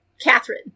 Catherine